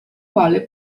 quale